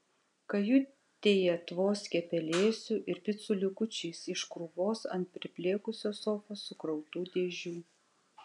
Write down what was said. kajutėje tvoskė pelėsiu ir picų likučiais iš krūvos ant priplėkusios sofos sukrautų dėžių